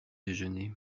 déjeuner